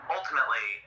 Ultimately